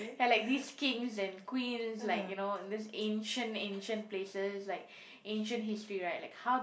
ya like this kings and queens like you know in these ancient ancient places like ancient history right like how do